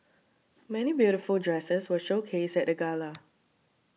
many beautiful dresses were showcased at the gala